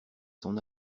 son